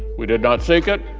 we did not seek it.